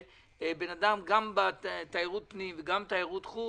של להנגיש את החוף לטבריה בעצם היום במתחם המלונות אין גישה לחוף.